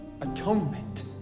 atonement